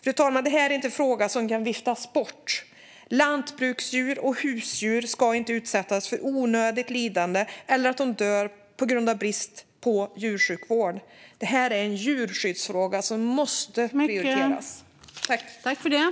Detta är inte en fråga som kan viftas bort, fru talman - lantbruksdjur och husdjur ska inte utsättas för onödigt lidande eller dö på grund av brist på djursjukvård. Det här är en djurskyddsfråga som måste prioriteras.